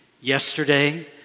yesterday